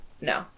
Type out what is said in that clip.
No